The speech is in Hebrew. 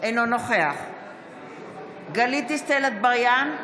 אינו נוכח גלית דיסטל אטבריאן,